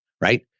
right